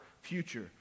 future